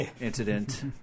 Incident